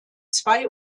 zwei